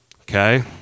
okay